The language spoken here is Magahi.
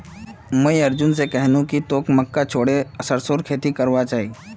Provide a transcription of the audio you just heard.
मुई अर्जुन स कहनु कि तोक मक्का छोड़े सरसोर खेती करना चाइ